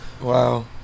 Wow